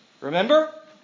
Remember